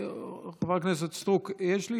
חברת הכנסת סטרוק, יש לי